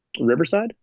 Riverside